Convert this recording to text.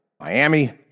Miami